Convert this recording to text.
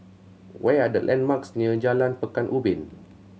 what are the landmarks near Jalan Pekan Ubin